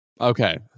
Okay